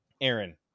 Aaron